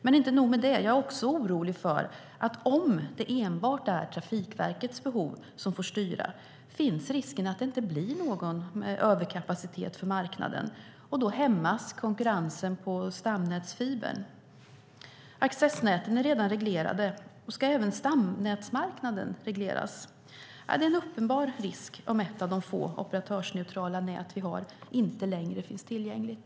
Men inte nog med det, jag är också orolig för att om det enbart är Trafikverkets behov som får styra finns risken att det inte blir någon överkapacitet för marknaden, och då hämmas konkurrensen på stamnätsfibern. Accessnäten är redan reglerade. Ska även stamnätsmarknaden regleras? Nej, det är en uppenbar risk om ett av de få operatörsneutrala nät vi har inte längre finns tillgängligt.